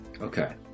okay